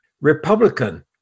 Republican